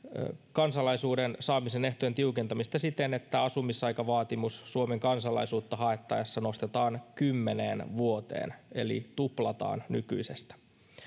kansalaisuuden saamisen ehtojen tiukentamista siten että asumisaikavaatimus suomen kansalaisuutta haettaessa nostetaan kymmeneen vuoteen eli tuplataan nykyisestä